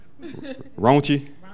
Raunchy